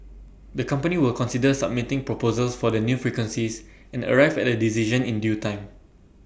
the company will consider submitting proposals for the new frequencies and arrive at A decision in due time